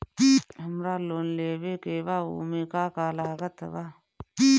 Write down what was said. हमरा लोन लेवे के बा ओमे का का लागत बा?